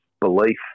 belief